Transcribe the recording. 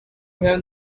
have